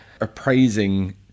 appraising